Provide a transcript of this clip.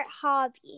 hobby